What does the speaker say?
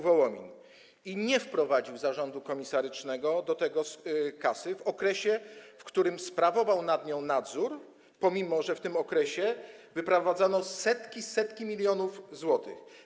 Wołomin ani nie wprowadził zarządu komisarycznego do kasy w okresie, w którym sprawował nad nią nadzór, pomimo że w tym okresie wyprowadzano setki, setki milionów złotych?